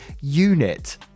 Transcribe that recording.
unit